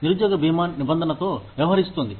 నిరుద్యోగ బీమా నిబంధనతో వ్యవహరిస్తుంది